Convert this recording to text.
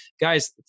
guys